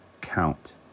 count